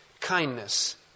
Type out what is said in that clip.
kindness